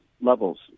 levels